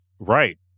right